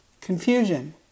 Confusion